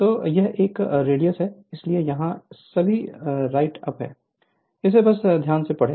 तो यह एक रेडियस है इसलिए यहां सभी राइटअप हैं इसे बस ध्यान से पढ़ें